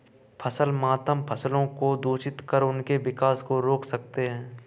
फसल मातम फसलों को दूषित कर उनके विकास को रोक सकते हैं